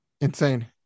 Insane